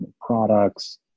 products